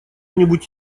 нибудь